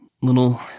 little